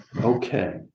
Okay